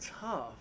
tough